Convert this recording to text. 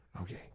Okay